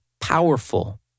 powerful